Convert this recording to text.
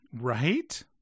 right